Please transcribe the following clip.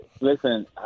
Listen